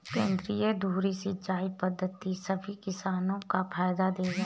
केंद्रीय धुरी सिंचाई पद्धति सभी किसानों को फायदा देगा